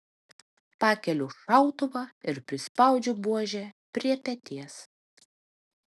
pakeliu šautuvą ir prispaudžiu buožę prie peties